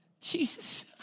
Jesus